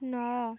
ନଅ